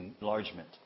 enlargement